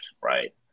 right